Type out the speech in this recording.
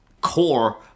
core